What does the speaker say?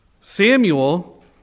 Samuel